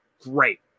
Great